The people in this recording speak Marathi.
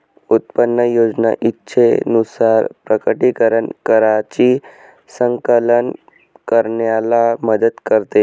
उत्पन्न योजना इच्छेनुसार प्रकटीकरण कराची संकलन करण्याला मदत करते